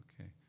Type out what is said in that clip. Okay